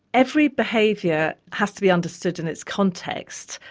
every behaviour has to be understood in its context,